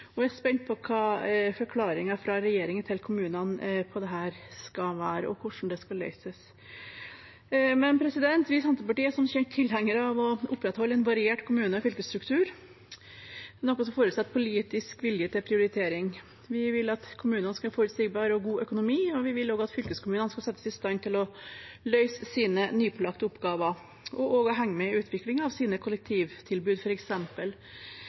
og jeg er spent på hva forklaringen fra regjeringen til kommunene på dette er, og hvordan det skal løses. Vi i Senterpartiet er som kjent tilhengere av å opprettholde en variert kommune- og fylkesstruktur, noe som forutsetter politisk vilje til prioritering. Vi vil at kommunene skal ha en forutsigbar og god økonomi, og vi vil også at fylkeskommunene skal settes i stand til å løse sine lovpålagte oppgaver og henge med i utviklingen av sine kollektivtilbud,